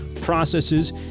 processes